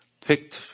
picked